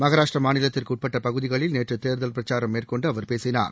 மகாராஷ்டிரா மாநிலத்திற்கு உட்பட்ட பகுதிகளில் நேற்று தேர்தல் பிரச்சாரம் மேற்கொண்டு அவர் பேசினார்